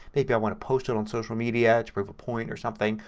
maybe i want to post it on social media to prove a point or something.